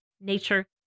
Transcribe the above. nature